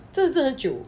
这个真的久